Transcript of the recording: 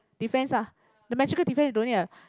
defence ah the magical defence you don't need a